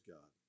God